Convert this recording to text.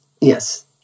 Yes